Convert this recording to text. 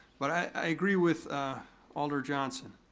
but i agree with alder johnson.